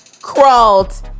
crawled